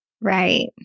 Right